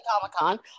Comic-Con